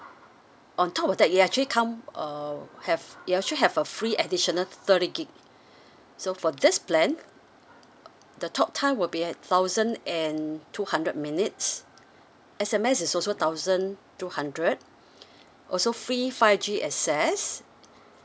on top of that it actually come uh have you actually have a free additional thirty gig so for this plan the talk time will be at thousand and two hundred minutes S_M_S is also thousand two hundred also free five G access